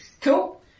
Cool